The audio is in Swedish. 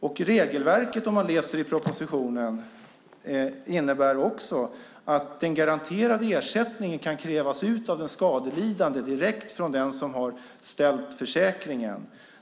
I propositionen står det att regelverket också innebär att den garanterade ersättningen kan krävas ut av den skadelidande direkt från den som har ställt försäkringen.